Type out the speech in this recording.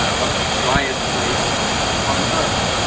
one of the driest places on earth.